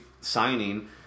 signing